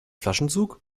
flaschenzug